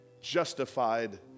justified